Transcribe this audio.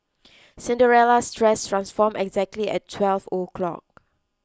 Cinderella's dress transformed exactly at twelve o'clock